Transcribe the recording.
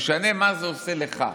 משנה מה זה עושה לך.